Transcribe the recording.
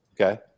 Okay